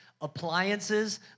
appliances